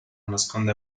nasconde